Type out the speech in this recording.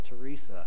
Teresa